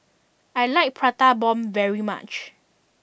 I like Prata Bomb very much